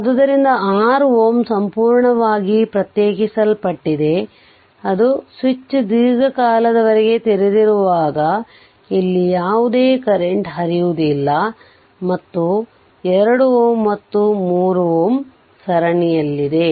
ಆದ್ದರಿಂದ 6 Ω ಸಂಪೂರ್ಣವಾಗಿ ಪ್ರತ್ಯೇಕಿಸಲ್ಪಟ್ಟಿದೆ ಅದು ಸ್ವಿಚ್ ದೀರ್ಘಕಾಲದವರೆಗೆ ತೆರೆದಿರುವಾಗ ಇಲ್ಲಿ ಯಾವುದೇ ಕರೆಂಟ್ ಹರಿಯುವುದಿಲ್ಲ ಮತ್ತು ಇದು 2 Ω 3 Ω ಸರಣಿಯಲ್ಲಿದೆ